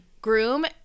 Groom